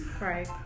right